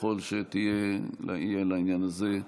ככל שיהיה לעניין הזה,